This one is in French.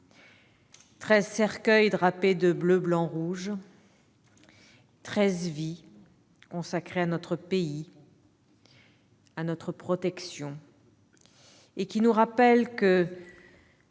cercueils drapés de bleu, blanc, rouge, ces treize vies consacrées à notre pays et à notre protection nous rappellent que